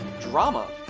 drama